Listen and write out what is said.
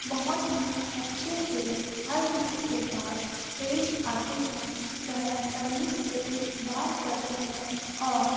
بہت ہی اچھے سے ہر کسی کے پاس پیش آتے ہیں وہ تمیز سے بات کرتے ہیں اور